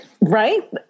Right